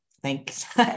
thanks